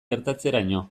gertatzeraino